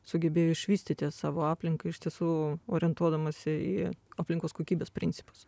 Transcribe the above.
sugebėjo išvystyti savo aplinką ištiesų orientuodamasi į aplinkos kokybės principus